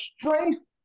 strength